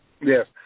Yes